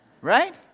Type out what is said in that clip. Right